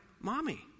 mommy